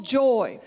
joy